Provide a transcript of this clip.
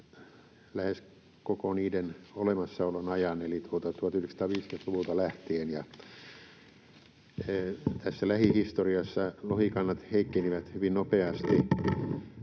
lähes koko niiden olemassaolon ajan eli 1950‑luvulta lähtien. Tässä lähihistoriassa lohikannat heikkenivät hyvin nopeasti